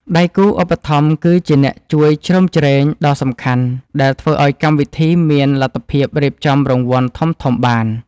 ដៃគូឧបត្ថម្ភគឺជាអ្នកជួយជ្រោមជ្រែងដ៏សំខាន់ដែលធ្វើឱ្យកម្មវិធីមានលទ្ធភាពរៀបចំរង្វាន់ធំៗបាន។